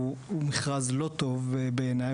והוא מכרז לא טוב בעיני,